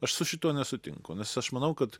aš su šituo nesutinku nes aš manau kad